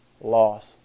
loss